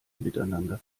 miteinander